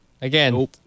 Again